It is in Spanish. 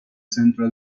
centro